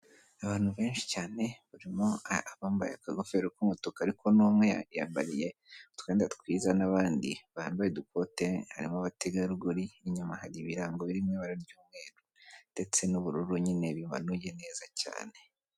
Abantu benshi cyane bari abambaye akagofero k'umutuku ariko n' umweyambariye utwenda twiza n'abandi bambaye udukote harimo abategarugori inyuma hari ibirango birimo bara ry'mweru ndetse n'ubururu nyine bibanuye neza cyane.